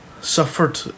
suffered